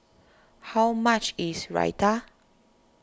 how much is Raita